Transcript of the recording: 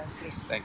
please